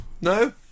No